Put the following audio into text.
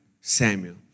Samuel